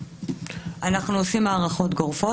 אנחנו עושים הארכות גורפות.